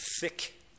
thick